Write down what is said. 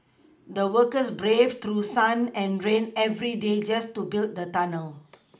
the workers braved through sun and rain every day just to build the tunnel